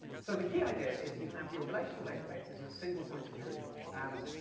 so the key idea is you have your relational database as your single point of truth. and